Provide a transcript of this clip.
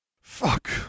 Fuck